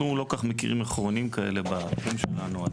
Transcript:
אנחנו לא כל כך מכירים מחירונים כאלה בתחום שלנו.